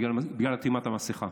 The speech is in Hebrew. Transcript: בגלל אטימת המסכה.